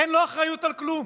אין לו אחריות על כלום.